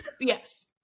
Yes